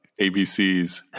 ABCs